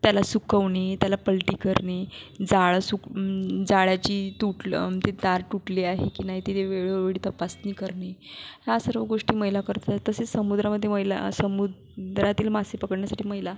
त्याला सुकवणे त्याला पलटी करणे जाळं सुक जाळ्याची तुटलं ती तार तुटली आहे की नाही ते वेळोवेळी तपासणी करणे या सर्व गोष्टी महिला करतात तसेच समुद्रामध्ये महिला समुद्रातील मासे पकडण्यासाठी महिला